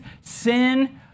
sin